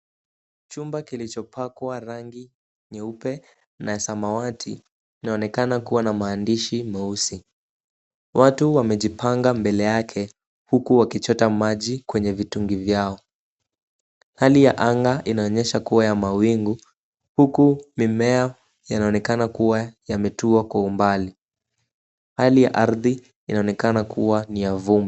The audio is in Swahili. Chumba kilichopakwa rangi nyeupe na samawati, kinaonekana kuwa na maandishi meusi. Watu wamejipanga mbele yake huku wakichota maji kwenye vitungi vyao. Hali ya anga inaonyesha kuwa ya mawingu huku mimea yanaonekana kuwa yametua kwa umbai. Hali ya ardhi inaonekana kuwa ni ya vumbi.